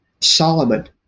Solomon